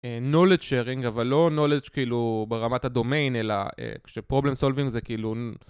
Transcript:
knowledge sharing, אבל לא knowledge כאילו ברמת הדומיין, אלא כשproblem solving זה כאילו...